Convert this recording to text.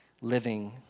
living